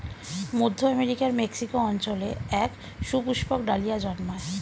মধ্য আমেরিকার মেক্সিকো অঞ্চলে এক সুপুষ্পক ডালিয়া জন্মায়